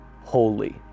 holy